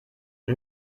die